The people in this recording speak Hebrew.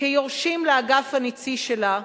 כיורשים לאגף הנצי שלה,